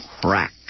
crack